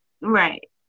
Right